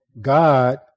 God